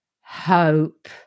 hope